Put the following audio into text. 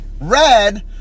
red